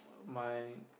my